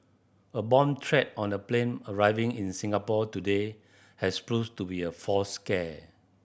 a bomb threat on a plane arriving in Singapore today has proves to be a false scare